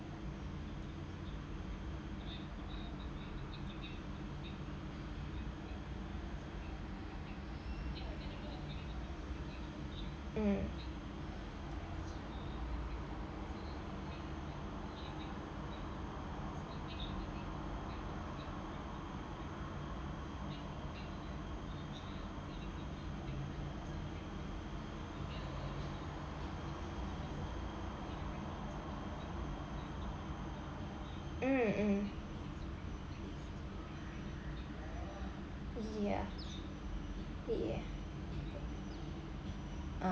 mm mm mm yeah yeah uh